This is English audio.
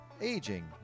aging